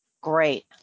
Great